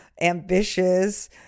ambitious